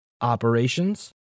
operations